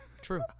True